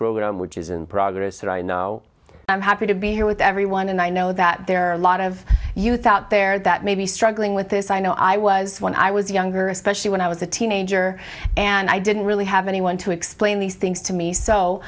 program which is in progress that i know i'm happy to be here with everyone and i know that there are a lot of youth out there that may be struggling with this i know i was when i was younger especially when i was a teenager and i didn't really have anyone to explain these things to me so